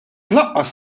lanqas